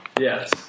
Yes